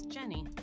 Jenny